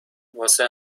واسه